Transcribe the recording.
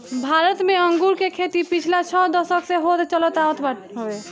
भारत में अंगूर के खेती पिछला छह दशक से होत चलत आवत हवे